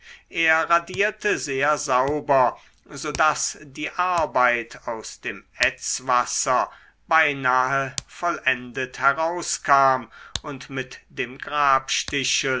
er radierte sehr sauber so daß die arbeit aus dem ätzwasser beinahe vollendet herauskam und mit dem